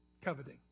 Coveting